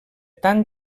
tant